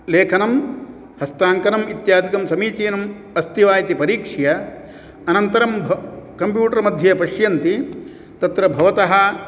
लेखनं हस्ताङ्कनम् इत्यादिकं समीचीनम् अस्ति वा इति परीक्ष्य अनन्तरं कम्प्यूटर्मध्ये पश्यन्ति तत्र भवतः